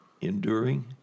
enduring